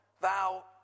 thou